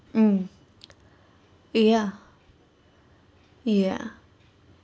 mm ya ya